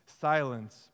silence